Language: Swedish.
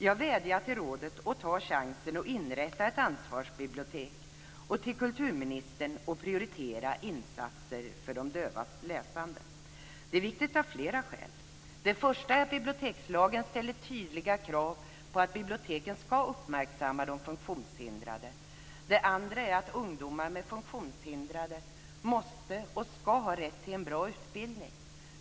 Jag vädjar till rådet att ta chansen att inrätta ett ansvarsbibliotek och till kulturministern att prioritera insatser för de dövas läsande. Det är viktigt av flera skäl. Det första är att bibliotekslagen ställer tydliga krav på att biblioteken ska uppmärksamma de funktionshindrade. Det andra är att ungdomar med funktionshinder måste och ska ha rätt till en bra utbildning.